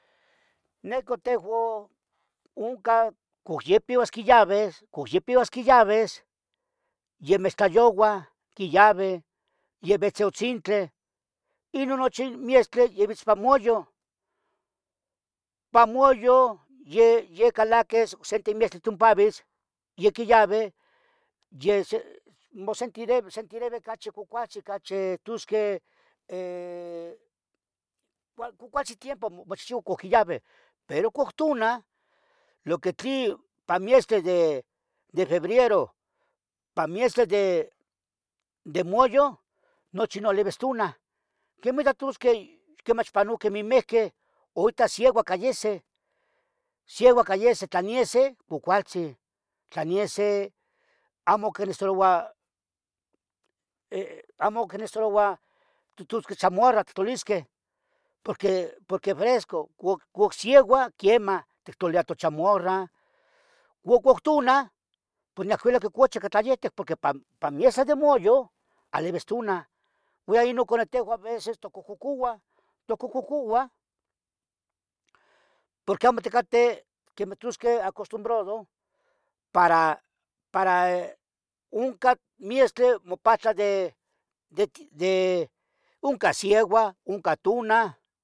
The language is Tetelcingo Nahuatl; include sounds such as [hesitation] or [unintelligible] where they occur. Necah teguan, oncan coh ya pevas quiyavis, coh ya pevas quiyavis, yeh mextlayogua quiyave yeh vetziotzintle inon nochi nochi miextli yeh vitz pa muyo. Pa mayu yeh calaquis ocse timestle tonpavitz ya quiyovi yeh mosentireve ocachi cualtzin, tosqueh [hesitation] cuacualtzin tiempo mochihchiua pohquiyavi, pero cohtona lo qui tlin ipan miestle de febrero, pa miestle de moyo nochi non livis tona. Quima tihtosqueh quemach pannoqueh memehqueh horita siua cayese, sieua cayese tlaniese cuacualtzin tlaniese amo icnesesitaroua [hesitation] amo icnecesietaroua totosqueh totosqueh chumarra, tononisquih porque fresco guac sieua quemah tictlalia tochomarra. Guac pohtona [unintelligible] porque pa miesa de mayo alivis tona uan ica inon aveces tocohcocouah. Tocohcocouah porque amo ticateh quemih ittusqueh acostumbrado para [hesitation] oncan miestle mopatla de [hesitation] oncan sieua oncan tuna